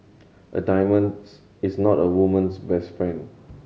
a diamonds is not a woman's best friend